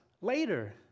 later